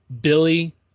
Billy